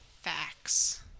Facts